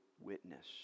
witness